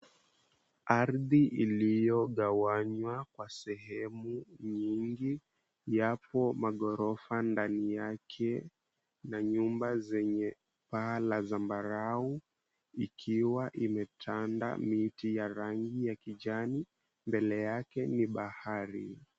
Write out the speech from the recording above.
Arthi iliyogawanywa kwa sehemu nyingi yako maghorofa ndani yake na nyumba zenye paa ya zambarau ikiwa umetanda miti ya rangi ya kijani mbele yake ni bahari.